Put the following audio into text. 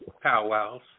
powwows